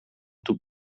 tub